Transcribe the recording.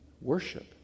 worship